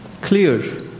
clear